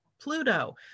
Pluto